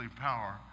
power